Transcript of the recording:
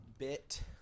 Bit